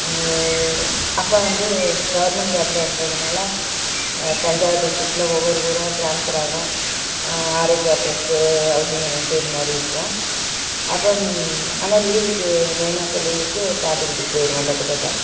அப்பா வந்து கவர்மெண்ட் ஜாப்ல இருந்ததனால தஞ்சாவூர் டிஸ்ட்ரிக்ல ஒவ்வொரு ஊராக டிரான்ஸ்ஃபர் ஆகும் ஆர்ஐ குவாட்டர்ஸ் ஹவுசிங் ரெண்ட் இதுமாதிரி இருக்கும் அப்புறம் ஆனால் லீவுக்கு மே மாத லீவுக்கு பாட்டி வீட்டுக்கு போயிடுவோம் பட்டுக்கோட்டை